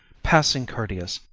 passing courteous,